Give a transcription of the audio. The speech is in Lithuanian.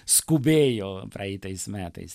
skubėjo praeitais metais